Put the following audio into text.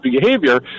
behavior